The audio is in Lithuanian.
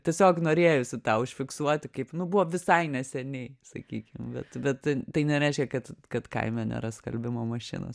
tiesiog norėjosi tą užfiksuoti kaip nu buvo visai neseniai sakykim bet bet tai nereiškia kad kad kaime nėra skalbimo mašinos